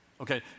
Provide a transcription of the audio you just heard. Okay